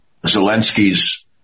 Zelensky's